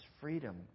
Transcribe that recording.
freedom